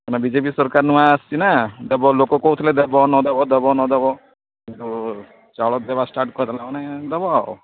ମାନେ ବିଜେପି ସରକାର ନୂଆ ଆସିଛି ନା ଦେବ ଲୋକ କୋହୁଥୁଲେ ଦେବ ନଦେବ ଦେବ ନଦେବ ହେଇଠୁ ଚାଉଳ ଦେବା ଷ୍ଟାର୍ଟ୍ କରିଦେଲାଣି ଦେବ ଆଉ